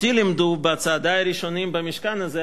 אותי לימדו בצעדי הראשונים במשכן הזה,